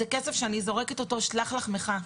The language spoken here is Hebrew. זה כסף שאני זורקת אותו בבחינת שלח לחמך.